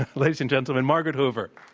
ladies and gentlemen, margaret hoover.